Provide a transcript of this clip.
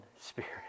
spirit